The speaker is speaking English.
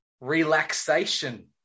relaxation